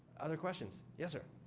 other questions? yes, sir.